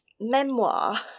memoir